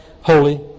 holy